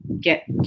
get